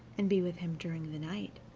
and be with him during the night,